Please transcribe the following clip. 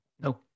No